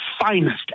finest